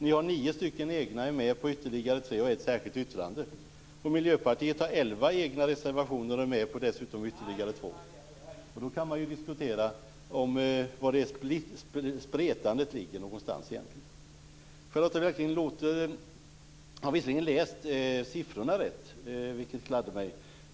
Ni har nio egna reservationer, är med på ytterligare tre, och ett särskilt yttrande. Miljöpartiet har 11 egna reservationer och är dessutom med på ytterligare två. Då kan man ju diskutera var spretandet ligger någonstans egentligen. Charlotta har visserligen läst siffrorna rätt, vilket gladde mig.